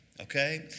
okay